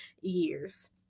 years